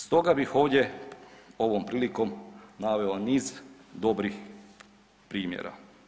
Stoga bih ovdje ovom prilikom naveo niz dobrih primjera.